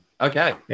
okay